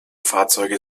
fahrzeuge